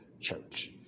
church